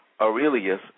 Aurelius